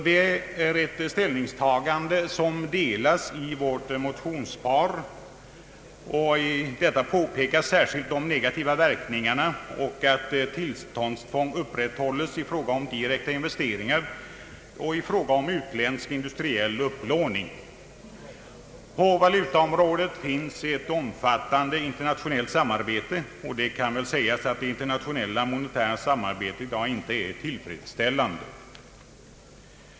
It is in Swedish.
Detta är ett ställningstagande som vi ansluter oss till i vårt motionspar, där särskilt påpekas de negativa verkningarna av att tillståndstvång upprätthålles i fråga om direkta investeringar och i fråga om utländsk industriell upplåning. På valutaområdet finns ett omfattan de internationellt samarbete, och det kan väl sägas att det internationella monetära samarbetet inte i dag är tillfredsställande.